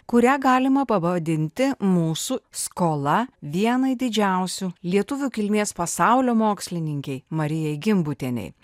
kurią galima pavadinti mūsų skola vienai didžiausių lietuvių kilmės pasaulio mokslininkei marijai gimbutienei